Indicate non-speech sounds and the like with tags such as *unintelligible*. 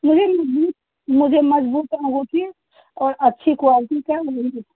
नहीं *unintelligible* मुझे मज़बूत अंगूठी और अच्छी क्वाल्टी का *unintelligible*